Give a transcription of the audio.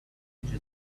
fidget